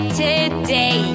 today